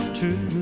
true